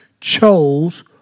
chose